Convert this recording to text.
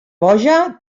boja